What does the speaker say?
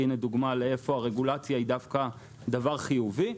הנה דוגמה איפה הרגולציה היא דווקא דבר חיובי.